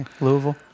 Louisville